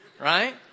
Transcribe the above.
right